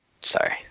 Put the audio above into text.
Sorry